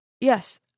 Yes